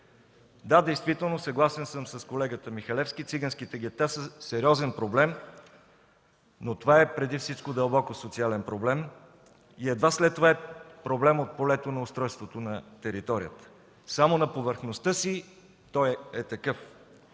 Да, действително, съгласен съм с колегата Михалевски, циганските гета са сериозен проблем, но това е преди всичко дълбоко социален проблем и едва след това е проблем от полето на устройството на територията. Само на повърхността си той е такъв.